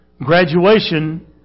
Graduation